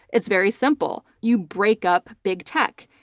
it's very simple, you break up big tech,